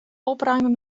opruimen